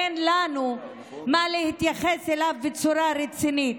אין לנו מה להתייחס אליו בצורה רצינית.